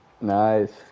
Nice